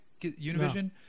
Univision